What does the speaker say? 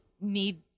need